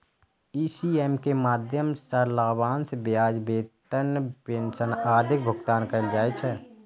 ECS के माध्यम सं लाभांश, ब्याज, वेतन, पेंशन आदिक भुगतान कैल जाइ छै